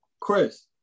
Chris